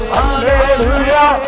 Hallelujah